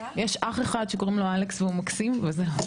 יש אח אחד שקוראים לו אלכס והוא מקסים וזהו.